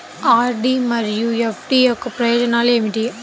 RD మరియు FD యొక్క ప్రయోజనాలు ఏమిటి?